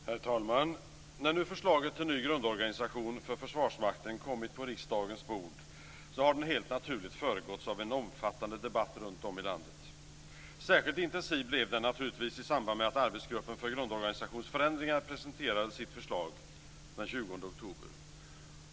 Herr talman! När nu förslaget till ny grundorganisation för Försvarsmakten kommit på riksdagens bord har den helt naturligt föregåtts av en omfattande debatt runt om i landet. Särskilt intensiv blev den naturligtvis i samband med att Arbetsgruppen för grundorganisationsförändringar presenterade sitt förslag den 20 oktober.